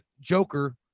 Joker